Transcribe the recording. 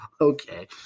okay